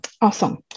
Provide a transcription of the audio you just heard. Awesome